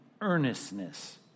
earnestness